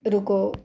ਰੁਕੋ